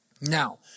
Now